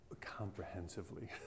comprehensively